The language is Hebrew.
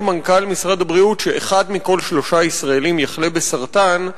אומר מנכ"ל משרד הבריאות שאחד מכל שלושה ישראלים יחלה בסרטן,